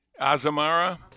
Azamara